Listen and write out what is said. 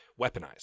weaponized